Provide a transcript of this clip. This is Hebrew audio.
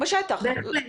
בהחלט.